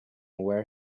where